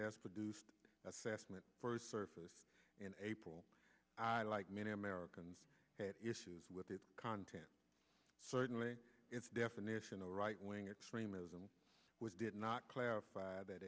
s produced assessment first surfaced in april i like many americans had issues with its content certainly its definition of a right wing extremism which did not clarify that